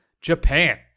Japan